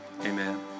Amen